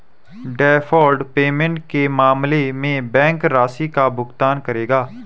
deferred payment के मामले में बैंक राशि का भुगतान करेगा